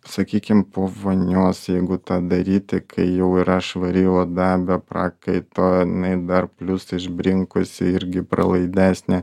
sakykim po vonios jeigu tą daryti kai jau yra švari oda be prakaito jinai dar plius išbrinkusi irgi pralaidesnė